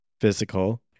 physical